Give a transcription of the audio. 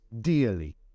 dearly